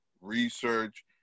research